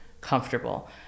comfortable